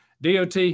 DOT